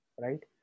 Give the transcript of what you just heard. right